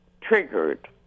triggered